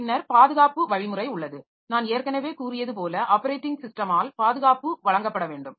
பின்னர் பாதுகாப்பு வழிமுறை உள்ளது நான் ஏற்கனவே கூறியது போல ஆப்பரேட்டிங் சிஸ்டமால் பாதுகாப்பு வழங்கப்பட வேண்டும்